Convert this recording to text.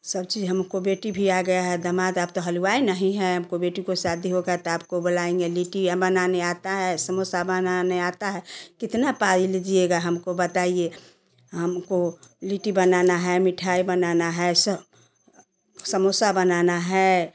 सब चीज हमको बेटी भी आ गया है दमाद आप तो हलवाई नहीं है हमारी बेटी की शदी होगी तो आपको बोलएंगे लिट्टी बनाने आता है समोसा बनाने आता है कितना पाय लीजिएगा हमको बताइए हमको लिटी बनाना है मिठाई बनाना है स समोसा बनाना है